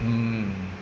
mm